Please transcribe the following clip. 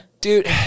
dude